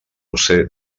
josé